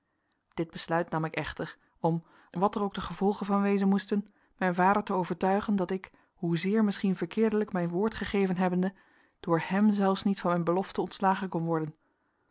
dit besluit nam ik echter om wat er ook de gevolgen van wezen moesten mijn vader te overtuigen dat ik hoezeer misschien verkeerdelijk mijn woord gegeven hebbende door hem zelfs niet van mijn belofte ontslagen kon worden